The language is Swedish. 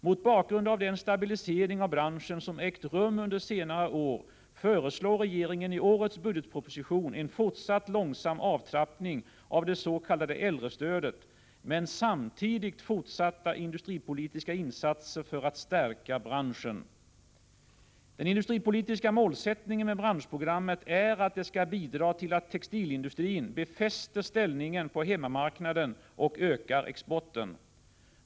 Mot bakgrund av den stabilisering av branschen som ägt rum under senare år föreslår regeringen i årets budgetproposition en fortsatt långsam avtrappning av dets.k. äldrestödet, men samtidigt fortsatta industripolitiska insatser för att stärka branschen. Den industripolitiska målsättningen med branschprogrammet är att det skall bidra till att textilindustrin befäster ställningen på hemmamarknaden och ökar exporten.